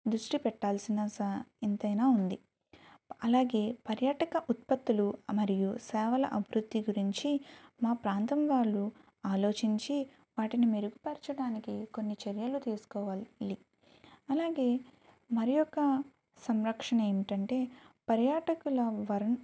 దృష్టి పెట్టాల్సిన స ఎంతైనా ఉంది అలాగే పర్యాటక ఉత్పత్తులు మరియు సేవల అభివృద్ధి గురించి మా ప్రాంతం వాళ్ళు ఆలోచించి వాటిని మెరుగుపరచడానికి కొన్ని చర్యలు తీసుకోవాలి అలాగే మరి యొక్క సంరక్షణ ఏమిటంటే పర్యాటకుల వరు